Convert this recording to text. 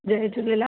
Jay Jhulelal